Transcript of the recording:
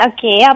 Okay